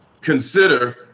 consider